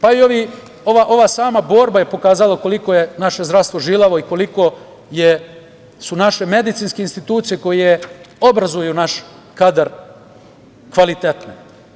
Pa, i ova sama borba je pokazala koliko je naše zdravstvo žilavo i koliko su naše medicinske institucije koje obrazuju naš kadar kvalitetne.